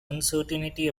uncertainty